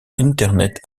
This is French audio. internet